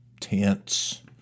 tents